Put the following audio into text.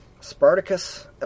Spartacus